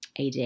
AD